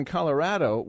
Colorado